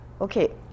Okay